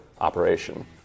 operation